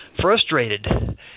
frustrated